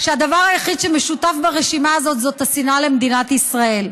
הדבר היחיד שמשותף ברשימה הזאת זה השנאה למדינת ישראל.